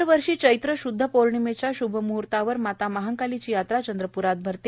दरवर्षी चैत्र श्द्ध पौर्णिमेचा म्हर्तावर माता माहाकालीची यात्रा चंद्रप्रात भरते